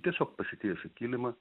tiesiog pasitiesę kilimą